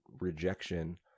rejection